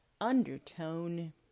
undertone